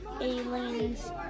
aliens